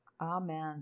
Amen